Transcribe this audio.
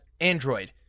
Android